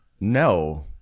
no